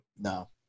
No